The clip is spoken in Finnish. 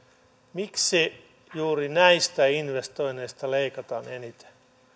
miksi juuri näistä investoinneista leikataan eniten